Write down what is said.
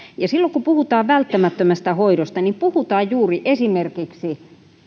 ja silloin kun puhutaan välttämättömästä hoidosta puhutaan juuri esimerkiksi